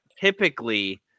typically